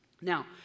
Now